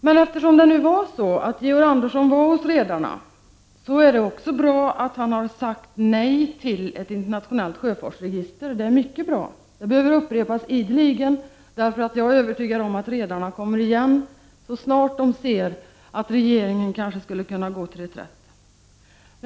Men eftersom det nu var så att Georg Andersson var hos redarna är det bra att han sagt nej till ett internationellt sjöfartsregister. Det är mycket bra. Det behöver upprepas ideligen, för jag är nämligen övertygad om att redarna kommer tillbaka med sin begäran så snart de anser att regeringen kanske skulle kunna gå till reträtt i den frågan.